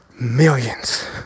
Millions